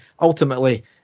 ultimately